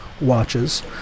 Watches